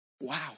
Wow